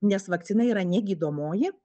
nes vakcina yra ne gydomoji